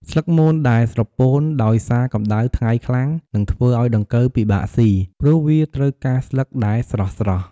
ស្លឹកមនដែលស្រពោនដោយសារកម្ដៅថ្ងៃខ្លាំង នឹងធ្វើឲ្យដង្កូវពិបាកសុី ព្រោះវាត្រូវការស្លឹកដែលស្រស់ៗ។